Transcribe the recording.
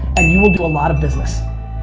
and you will do a lot of business.